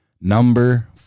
number